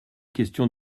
question